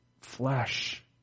flesh